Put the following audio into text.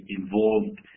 involved